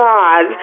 God